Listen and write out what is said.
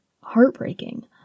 heartbreaking